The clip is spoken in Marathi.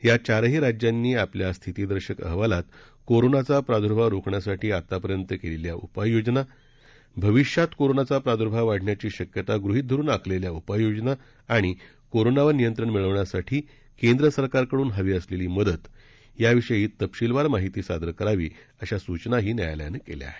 या चारही राज्यांनी आपल्या स्थितीदर्शक अहवालात कोरोनाचा प्रादुर्भाव रोखण्यासाठी आत्तापर्यंत केलेल्या उपाययोजना भविष्यात कोरोनाचा प्रादुर्भाव वाढण्याची शक्यता गृहीत धरून आखलेल्या उपाययोजना आणि कोरोनावर नियंत्रण मिळवण्यासाठी केंद्र सरकारकडून हवी असलेली मदत याविषयी तपशीलवार माहिती सादर करावी अशा सूचनाही न्यायालयानं केल्या आहेत